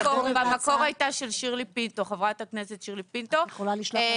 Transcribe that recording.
איך קוראים